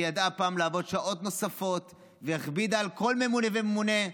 שידעה פעם לעבוד שעות נוספות והכבידה על כל ממונה וממונה,